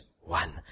one